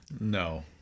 No